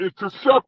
intercept